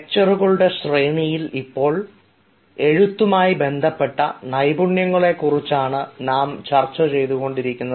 ലെക്ചറുകളുടെ ശ്രേണിയിൽ ഇപ്പോൾ എഴുത്തുമായി ബന്ധപ്പെട്ട നൈപുണ്യങ്ങളെ കുറിച്ചാണ് ചർച്ച ചെയ്തുകൊണ്ടിരിക്കുന്നത്